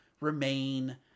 remain